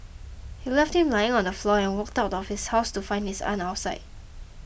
he left him lying on the floor and walked out of his house to find his aunt outside